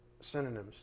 synonyms